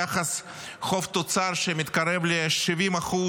יחס חוב תוצר שמתקרב ל-70%,